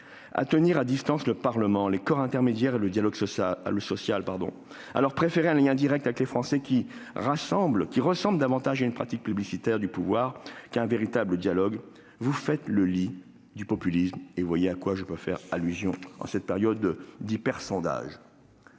À tenir à distance le Parlement, les corps intermédiaires et le dialogue social, à leur préférer un lien direct avec les Français qui ressemble davantage à une pratique plébiscitaire du pouvoir qu'à un véritable dialogue, vous faites le lit du populisme ; vous comprendrez aisément l'allusion, en cette période d'hypersondages.